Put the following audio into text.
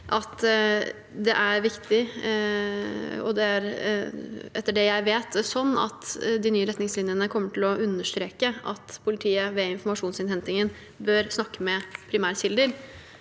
det er viktig. Det er etter det jeg vet sånn at de nye retningslinjene kommer til å understreke at politiet ved informasjonsinnhentingen bør snakke med primærkilder,